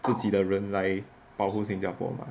自己的人来保护新加坡嘛